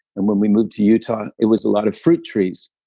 and when we moved to utah, it was a lot of fruit trees.